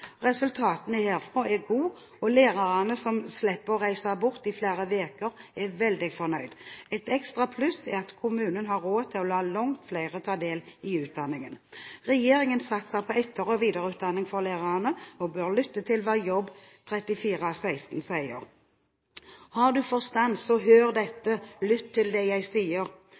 Resultatene herfra er gode, og lærerne, som slipper å reise bort i flere uker, er veldig fornøyd. Et ekstra pluss er det at kommunen har råd til å la langt flere ta del i utdanningen. Regjeringen satser på etter- og videreutdanning for lærerne og bør lytte til det som står i Job 34,16: «Har du forstand, så hør dette! Lytt til det jeg sier!»